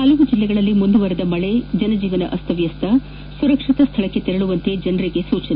ಹಲವು ಜಲ್ಲೆಗಳಲ್ಲಿ ಮುಂದುವರಿದ ಮಳೆ ಜನಜೀವನ ಅಸ್ತವ್ಯಸ್ತ ಸುರಕ್ಷಿತ ಸ್ಥಳಕ್ಕೆ ತೆರಳುವಂತೆ ಜನರಿಗೆ ಸೂಚನೆ